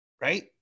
Right